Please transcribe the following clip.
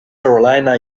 carolina